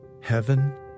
Heaven